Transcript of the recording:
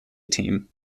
team